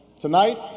tonight